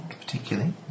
particularly